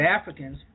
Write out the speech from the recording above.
Africans